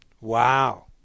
Wow